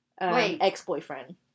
ex-boyfriend